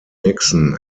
nixon